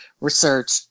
research